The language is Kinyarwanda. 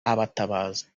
abatabazi